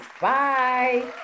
Bye